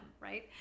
right